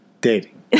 dating